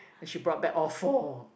she brought back all four